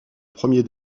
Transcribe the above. premier